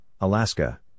Alaska